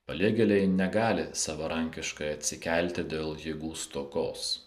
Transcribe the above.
paliegėliai negali savarankiškai atsikelti dėl jėgų stokos